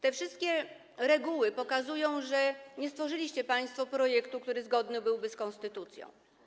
Te wszystkie reguły pokazują, że nie stworzyliście państwo projektu, który byłby zgodny z konstytucją.